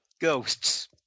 ghosts